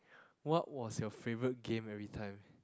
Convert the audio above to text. what was your favorite game every time